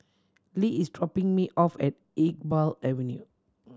Le is dropping me off at Iqbal Avenue